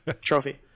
trophy